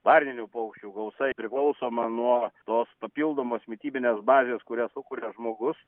varninių paukščių gausa priklausoma nuo tos papildomos mitybinės bazės kurią sukuria žmogus